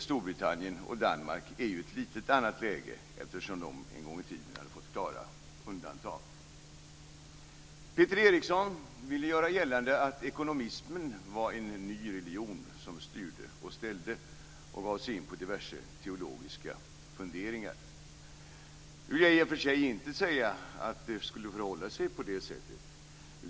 Storbritannien och Danmark befinner sig i ett litet annat läge eftersom de en gång i tiden fått klara undantag. Peter Eriksson ville göra gällande att ekonomismen var en ny religion som styrde och ställde. Han gav sig in på diverse teologiska funderingar. Jag vill i och för sig inte säga att det skulle förhålla sig på det sättet.